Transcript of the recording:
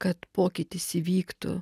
kad pokytis įvyktų